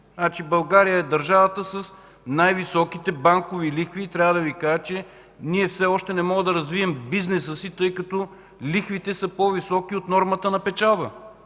България е държавата с най-високите банкови лихви. Трябва да Ви кажа, че ние все още не можем да развием бизнеса си, тъй като лихвите са по-високи от нормата на печалба.